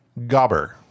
gobber